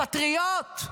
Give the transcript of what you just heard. הפטריוט,